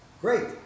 Great